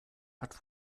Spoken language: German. hat